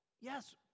yes